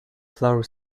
flower